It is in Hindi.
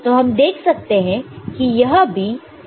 तो हम देख सकते हैं कि यह भी ट्रू है